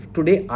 Today